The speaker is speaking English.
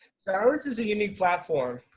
silas is a unique platform.